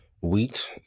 wheat